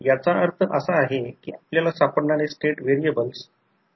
मला आशा आहे की हे समजले असेल ते फक्त या फेसर आकृतीवर थांबा